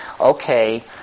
okay